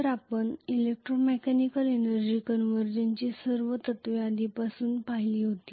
तर आपण electromechanical energy कन्व्हर्जनची सर्व तत्त्वे आधीपासूनच पाहिली होती